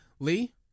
Lee